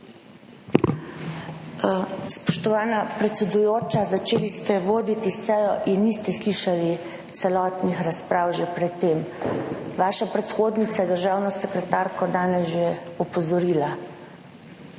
Spoštovana predsedujoča, začeli ste voditi sejo in niste slišali celotnih razprav že pred tem. Vaša predhodnica je državno sekretarko danes že opozorila